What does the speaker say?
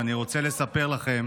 ואני רוצה לספר לכם